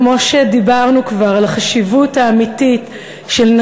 כמו שדיברנו כבר על החשיבות האמיתית של השתתפות